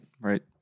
Right